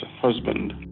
husband